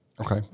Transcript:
Okay